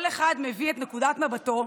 כל אחד מביא את נקודת מבטו,